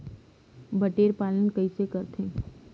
बटेर पालन कइसे करथे?